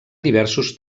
diversos